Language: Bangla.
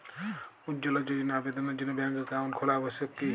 উজ্জ্বলা যোজনার আবেদনের জন্য ব্যাঙ্কে অ্যাকাউন্ট খোলা আবশ্যক কি?